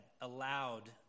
allowed